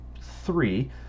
three